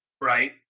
right